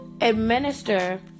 administer